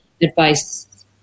advice